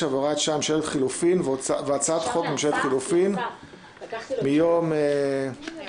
והוראת שעה) (ממשלת חילופים) והצעת חוק ממשלת חילופים מיום --- היום.